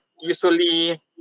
usually